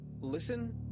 Listen